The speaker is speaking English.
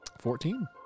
Fourteen